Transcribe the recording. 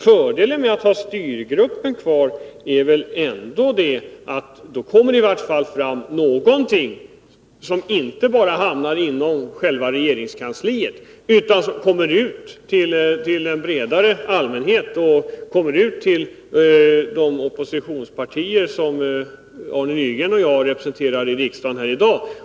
Fördelen med att ha styrgruppen kvar är väl ändå att det då i varje fall kommer fram någonting som inte bara hamnar inom regeringskansliet utan som kommer ut till en bredare allmänhet och till de oppositionspartier som Arne Nygren och jag representerar i riksdagen i dag.